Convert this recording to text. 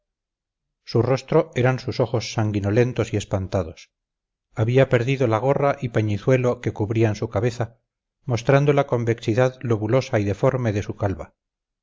su rostro eran sus ojos sanguinolentos y espantados había perdido la gorra y pañizuelo que cubrían su cabeza mostrando la convexidad lobulosa y deforme de su calva